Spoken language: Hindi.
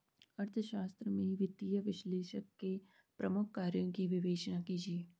अर्थशास्त्र में वित्तीय विश्लेषक के प्रमुख कार्यों की विवेचना कीजिए